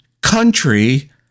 country